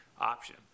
option